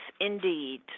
indeed